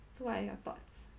so what are your thoughts